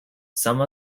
some